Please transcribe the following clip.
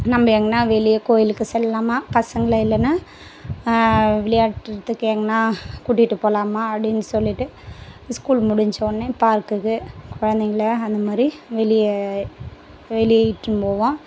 நம்ப எங்கனா வெளியே கோயிலுக்கு செல்லலாமா பசங்களை இல்லைன்னா விளையாடுறதுக்கு எங்கன்னா கூட்டிகிட்டு போகலாமா அப்படின்னு சொல்லிவிட்டு ஸ்கூல் முடிந்த உன்னே பார்க்குக்கு குழந்தைங்கள அந்த மாதிரி வெளியே வெளியே இட்டுன்னு போவோம்